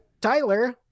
Tyler